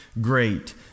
great